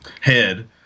head